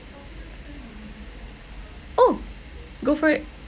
oh go for it